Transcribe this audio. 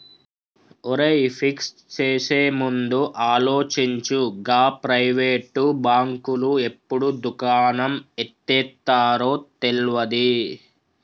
ఒరేయ్, ఫిక్స్ చేసేముందు ఆలోచించు, గా ప్రైవేటు బాంకులు ఎప్పుడు దుకాణం ఎత్తేత్తరో తెల్వది